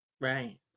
Right